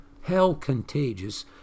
hell-contagious